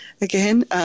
again